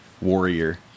warrior